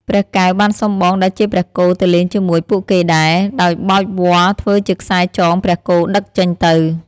ព្រះកែវបានសុំបងដែលជាព្រះគោទៅលេងជាមួយពួកគេដែរ ដោយបោចវល្លិធ្វើជាខ្សែចងព្រះគោដឹកចេញទៅ ។